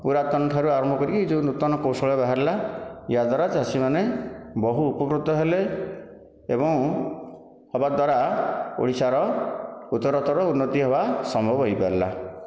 ପୁରାତନ ଠାରୁ ଆରମ୍ଭ କରିକି ଏଇ ଯେଉଁ ନୂତନ କୌଶଳ ବାହାରିଲା ଏହାଦ୍ଵାରା ଚାଷୀମାନେ ବହୁ ଉପକୃତ ହେଲେ ଏବଂ ହେବା ଦ୍ଵାରା ଓଡ଼ିଶାର ଉତ୍ତରତର ଉନ୍ନତି ହେବା ସମ୍ଭବ ହୋଇପାରିଲା